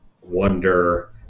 wonder